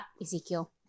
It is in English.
Ezekiel